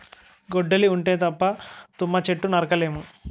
గొడ్డలి ఉంటే తప్ప తుమ్మ చెట్టు నరక లేము